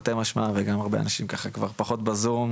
תרתי משמע וגם הרבה אנשים ככה כבר פחות בזום,